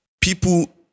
People